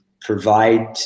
provide